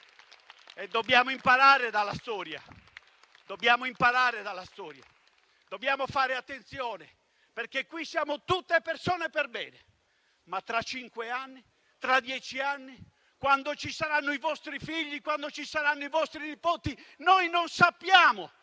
obiettivo di un dittatore. Dobbiamo imparare dalla storia. Dobbiamo fare attenzione perché qui siamo tutte persone perbene. Ma tra cinque o dieci anni, quando ci saranno i vostri figli, quando ci saranno i vostri nipoti, noi non sappiamo.